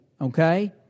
Okay